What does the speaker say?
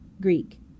Greek